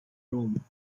rome